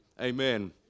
Amen